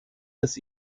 des